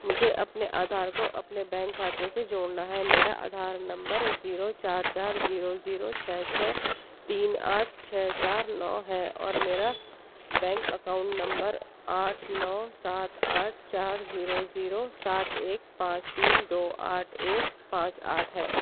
مجھے اپنے آدھار کو اپنے بینک کھاتے سے جوڑنا ہے میرا آدھار نمبر زیرو چار چار زیرو زیرو چھ چھ تین آٹھ چھ چار نو ہے اور میرا بینک اکاؤنٹ نمبر آٹھ نو سات آٹھ چار زیرو زیرو سات ایک پانچ تین دو آٹھ ایک پانچ آٹھ ہے